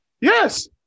Yes